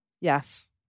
yes